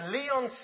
Leon